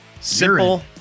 Simple